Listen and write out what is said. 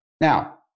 Now